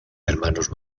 hermanos